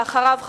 אחריו,